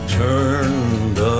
turned